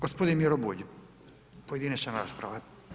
Gospodin Miro Bulj, pojedinačna rasprava.